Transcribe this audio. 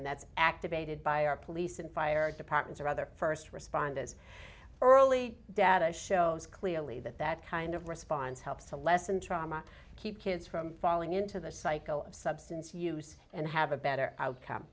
and that's activated by our police and fire departments or other first responders early data shows clearly that that kind of response helps to lessen trauma keep kids from falling into the cycle of substance use and have a better outcome